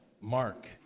Mark